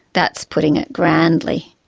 that's putting it grandly.